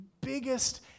biggest